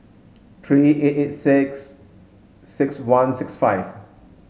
three eight eight six six one six five